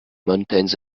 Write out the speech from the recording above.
mountains